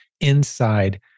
inside